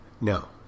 no